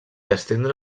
estendre